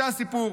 זה הסיפור.